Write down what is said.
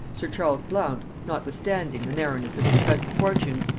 sir charles blount, notwithstanding the narrowness of his present fortunes,